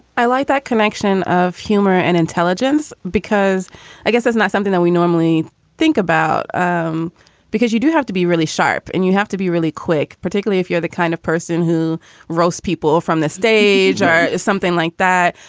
i like that connection of humor and intelligence because i guess it's not something that we normally think about um because you do have to be really sharp and you have to be really quick, particularly if you're the kind of person who wrote people from the stage or something like that.